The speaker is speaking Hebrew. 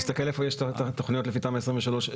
תסתכל איפה יש את התכניות לפי סעיף 23,